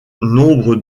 nombre